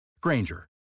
Granger